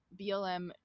BLM